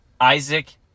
isaac